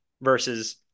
versus